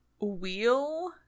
wheel